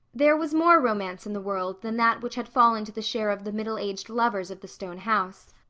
there was more romance in the world than that which had fallen to the share of the middle-aged lovers of the stone house.